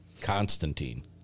Constantine